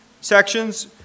sections